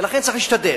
ולכן צריך להשתדל.